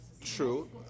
True